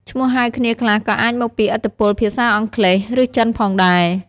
ឈ្មោះហៅគ្នាខ្លះក៏អាចមកពីឥទ្ធិពលភាសាអង់គ្លេស ឬចិនផងដែរ។